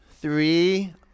three